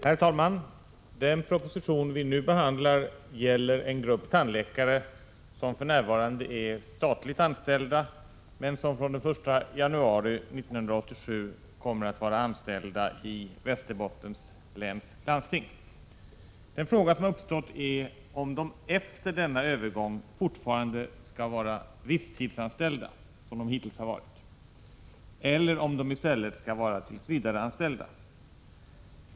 Herr talman! Den proposition vi nu behandlar gäller en grupp tandläkare som för närvarande är statligt anställda, men som från den 1 januari 1987 kommer att vara anställda vid Västerbottens läns landsting. Den fråga som uppstått är huruvida de efter denna övergång fortfarande skall vara visstidsanställda eller om de i stället skall bli tillsvidareanställda.